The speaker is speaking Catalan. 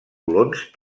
colons